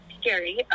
scary